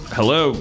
Hello